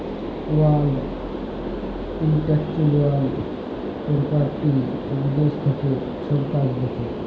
world intellectual property বিদ্যাশ থ্যাকে ছব কাজ দ্যাখে